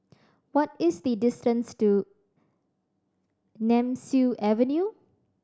what is the distance to Nemesu Avenue